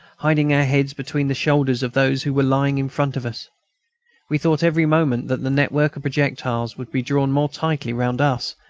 hiding our heads between the shoulders of those who were lying in front of us we thought every moment that the network of projectiles would be drawn more tightly round us,